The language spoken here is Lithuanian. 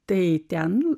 tai ten